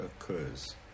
occurs